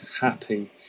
happy